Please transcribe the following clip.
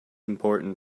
important